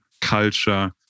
culture